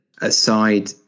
aside